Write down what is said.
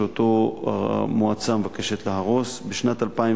שאותו המועצה מבקשת להרוס: בשנת 2010